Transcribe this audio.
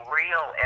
real